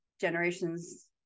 generations